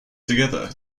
together